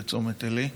בצומת עלי,